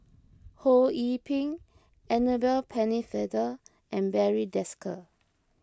Ho Yee Ping Annabel Pennefather and Barry Desker